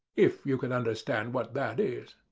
if you can understand what that is.